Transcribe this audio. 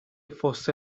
fosse